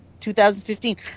2015